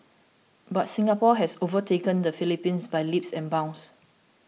but Singapore has overtaken the Philippines by leaps and bounds